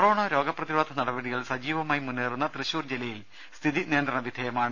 corona രോഗപ്രതിരോധ നടപടികൾ സജീവമായി മുന്നേറുന്ന തൃശൂർ ജില്ലയിൽ സ്ഥിതി നിയന്ത്രണ വിധേയമാണ്